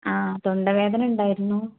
ആ തൊണ്ടവേദനയുണ്ടായിരുന്നു